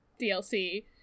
DLC